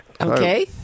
Okay